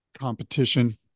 competition